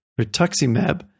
rituximab